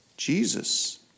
Jesus